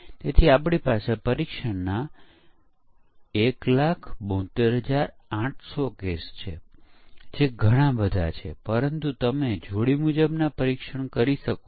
તેથી વ્યૂહરચના 1 જે સમાનતાવાળા ભાગલા બાઉન્ડ્રી મૂલ્ય અથવા શરત પરીક્ષણ હોઈ શકે છે